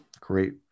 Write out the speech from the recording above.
Great